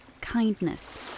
kindness